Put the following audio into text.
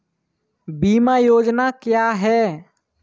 बीमा योजना क्या है?